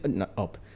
up